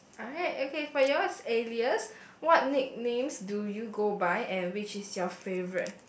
alright okay for yours alias what nicknames do you go by and which is your favourite